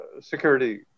security